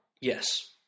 Yes